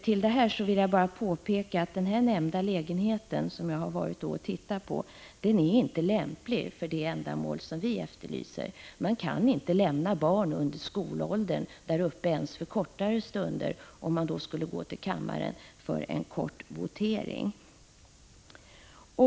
Till detta vill jag bara påpeka att den nämnda lägenheten, som jag har tittat på, inte är lämplig för de ändamål som vi avser — man kan inte lämna barn under skolåldern där uppe ens för kortare stunder, om man skulle gå till kammaren för en votering.